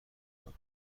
معرف